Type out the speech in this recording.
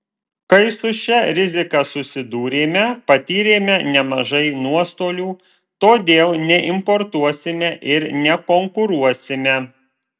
kai su šia rizika susidūrėme patyrėme nemažai nuostolių todėl neimportuosime ir nekonkuruosime